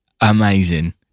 amazing